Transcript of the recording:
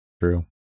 true